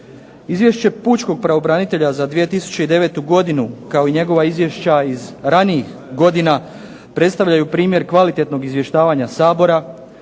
Izvješće pučkog pravobranitelja za 2009. godinu kao i njegova izvješća iz ranijih godina predstavljaju primjer kvalitetnog izvještavanja Sabora.